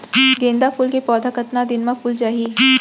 गेंदा फूल के पौधा कतका दिन मा फुल जाही?